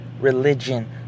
religion